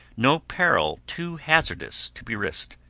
no peril too hazardous to be risked.